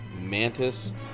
mantis